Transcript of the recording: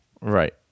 Right